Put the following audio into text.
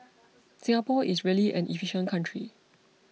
Singapore is really an efficient country